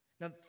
Now